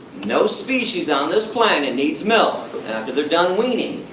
no species on this planet needs milk after they're done weaning.